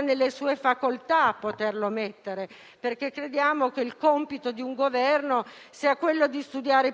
nelle sue facoltà mettere il coprifuoco, perché crediamo che compito di un Governo sia quello di studiare i protocolli,